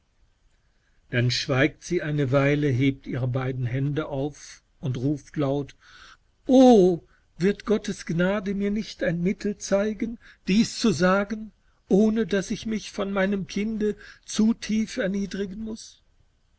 dann schweigt sie eine weile hebt ihre beiden hände auf und ruft laut o wird gottes gnade mir nicht ein mittel zeigen dies zu sagen ohne daß ich mich vor meinen kinde zu tief erniedrigen muß